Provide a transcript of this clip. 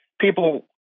people